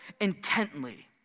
intently